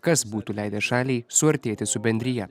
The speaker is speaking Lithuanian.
kas būtų leidęs šaliai suartėti su bendrija